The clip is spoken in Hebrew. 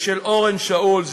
ושל אורון שאול,